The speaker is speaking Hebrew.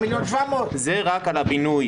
רק על הבינוי.